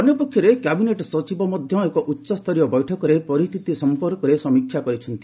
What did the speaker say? ଅନ୍ୟପକ୍ଷରେ କ୍ୟାବିନେଟ୍ ସଚିବ ମଧ୍ୟ ଏକ ଉଚ୍ଚସ୍ତରୀୟ ବୈଠକରେ ପରିସ୍ଥିତି ସମ୍ପର୍କରେ ସମୀକ୍ଷା କରିଛନ୍ତି